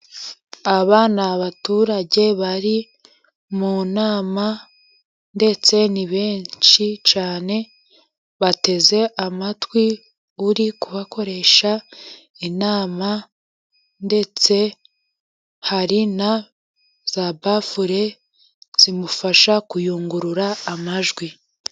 Aba ni abaturage bari mu nama ndetse ni benshi cyane, bateze amatwi uri kukoresha inama, ndetse hari na za bafure zimufasha kuyungurura amajwi.